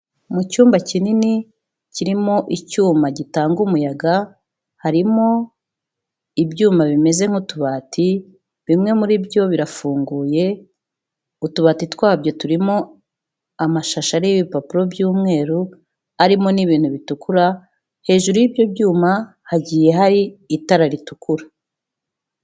Mu cyumba kinini kirimo icyuma gitanga umuyaga harimo ibyuma bimeze nk'utubati, bimwe muri byo birafunguye, utubati twabyo turimo amashashi ariho ibipapuro by'umweru arimo n'ibintu bitukura, hejuru y'ibyo byuma hagiye hari itara ritukura.